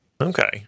Okay